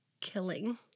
killing